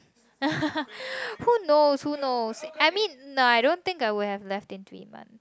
who knows who knows I mean no I don't think I would have left in three month